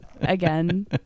again